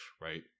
right